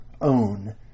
own